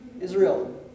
Israel